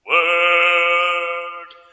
Word